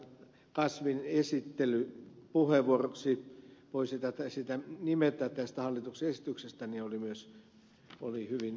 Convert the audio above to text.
kasvin puhe esittelypuheenvuoroksi voisi sen nimetä tästä hallituksen esityksestä oli myös hyvin selventävä